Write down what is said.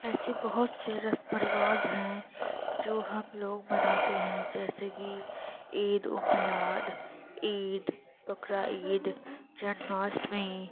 ایسے بہت سے رسم و رواج ہیں جو ہم لوگ مناتے ہیں جیسے کہ عید المیلاد عید بقرعید جنماشٹمی